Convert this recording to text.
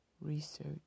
research